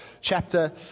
chapter